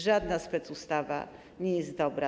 Żadna specustawa nie jest dobra.